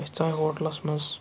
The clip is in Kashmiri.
أسۍ ژاے ہوٹلَس منٛز